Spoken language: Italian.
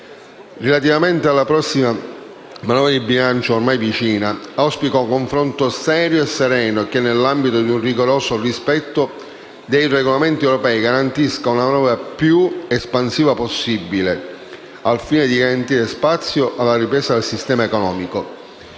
Relativamente alla prossima manovra di bilancio, ormai vicina, auspico un confronto serio e sereno che, nell'ambito di un rigoroso rispetto dei regolamenti europei, garantisca una manovra il più espansiva possibile, al fine di garantire spazio alla ripresa del sistema economico.